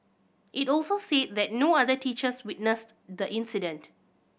it also said that no other teachers witnessed the incident